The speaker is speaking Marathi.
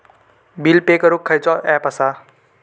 बिल पे करूक खैचो ऍप असा?